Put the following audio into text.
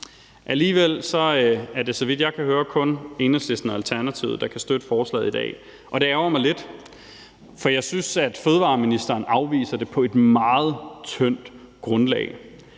Alligevel er det, så vidt jeg kan høre, kun Enhedslisten og Alternativet, der kan støtte forslaget i dag, og det ærgrer mig lidt. For jeg synes, at fødevareministeren afviser det på et meget tyndt grundlag,